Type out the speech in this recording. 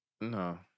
No